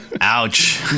Ouch